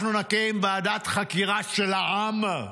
אנחנו נקים ועדת חקירה של העם,